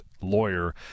lawyer